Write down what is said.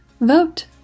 vote